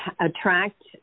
attract